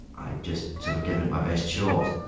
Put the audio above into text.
i've just sort of given it my best shot.